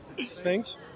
Thanks